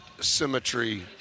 symmetry